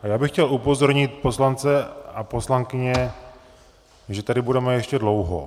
Já bych chtěl upozornit poslance a poslankyně, že tady budeme ještě dlouho.